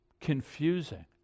confusing